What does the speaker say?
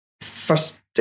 First